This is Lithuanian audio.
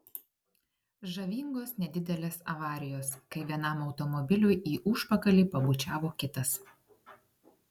žavingos nedidelės avarijos kai vienam automobiliui į užpakalį pabučiavo kitas